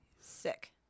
Sick